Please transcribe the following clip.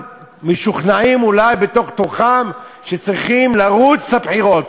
כולם משוכנעים אולי בתוך תוכם שצריכים לרוץ לבחירות,